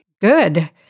Good